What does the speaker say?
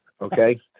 okay